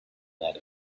lead